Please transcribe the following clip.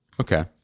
Okay